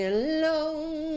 alone